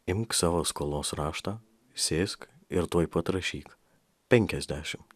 imk savo skolos raštą sėsk ir tuoj pat rašyk penkiasdešimt